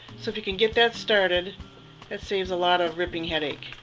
so if you can get that started that saves a lot of ripping headache.